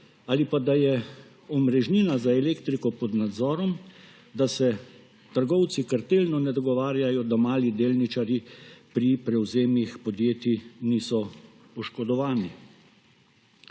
Ali pa, da je omrežnina za elektriko pod nadzorom, da se trgovci kartelno ne dogovarjajo, da mali delničarji pri prevzemih podjetij niso oškodovani.